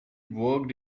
worked